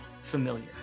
familiar